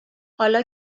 حالا